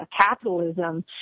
capitalism